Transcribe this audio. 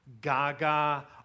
gaga